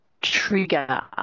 trigger